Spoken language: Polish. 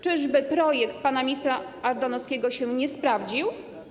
Czyżby projekt pana ministra Ardanowskiego się nie sprawdził?